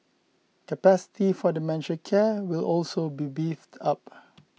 capacity for dementia care will also be beefed up